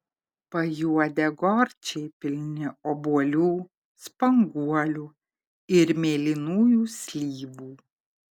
pajuodę gorčiai pilni obuolių spanguolių ir mėlynųjų slyvų